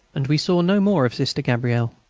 and we saw no more of sister gabrielle.